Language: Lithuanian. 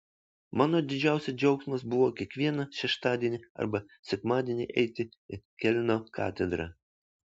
mano didžiausias džiaugsmas buvo kiekvieną šeštadienį arba sekmadienį eiti į kelno katedrą